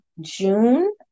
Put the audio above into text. june